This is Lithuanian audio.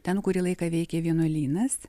ten kurį laiką veikė vienuolynas